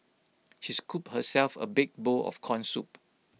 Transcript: she scooped herself A big bowl of Corn Soup